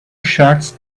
shirts